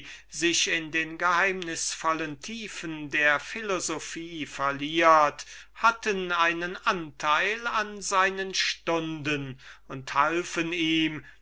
sich in den geheimnisvollesten tiefen der philosophie verliert hatten einen anteil an seinen stunden und halfen ihm